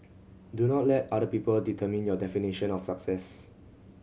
do not let other people determine your definition of success